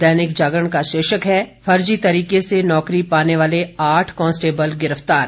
दैनिक जागरण का शीर्षक है फर्जी तरीके से नौकरी पाने वाले आठ कांस्टेबल गिरफ्तार